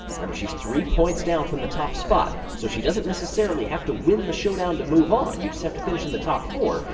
remember, she's three points down from the top spot, so she doesn't necessarily have to win the showdown to move on. you just have to finish in the top four,